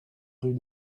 rue